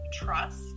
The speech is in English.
trust